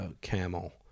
camel